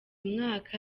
mwaka